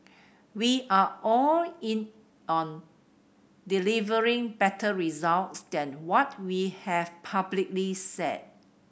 we are all in on delivering better results than what we have publicly said